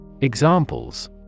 Examples